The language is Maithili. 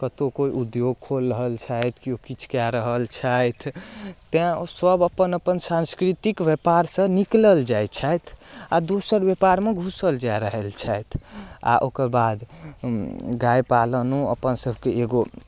कतहु कोइ उद्योग खोलि रहल छथि किओ किछु कए रहल छथि तैँ सभ अपन अपन सांस्कृतिक व्यापारसँ निकलल जाइ छथि आ दोसर व्यापारमे घुसल जा रहल छथि आ ओकर बाद गाय पालनो अपन सभके एगो